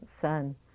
son